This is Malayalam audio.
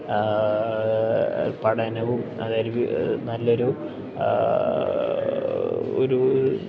പഠനവും അതായ് ഒരു നല്ലൊരു ഒരു